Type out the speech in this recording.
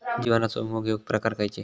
जीवनाचो विमो घेऊक प्रकार खैचे?